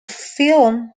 film